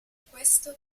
questo